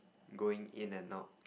going in and out